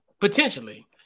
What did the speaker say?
Potentially